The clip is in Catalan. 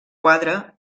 quadre